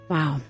Wow